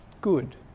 good